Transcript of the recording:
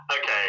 Okay